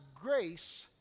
grace